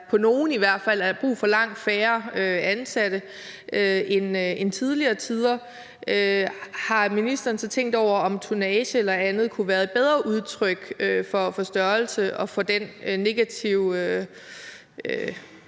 og der i hvert fald på nogle er brug for langt færre ansatte end i tidligere tider, har ministeren så tænkt over, om tonnage eller andet kunne være et bedre udtryk for størrelse og for den negative,